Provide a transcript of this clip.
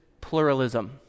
pluralism